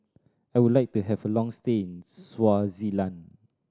I would like to have a long stay in Swaziland